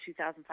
2005